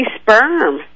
sperm